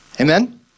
Amen